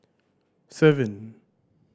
seven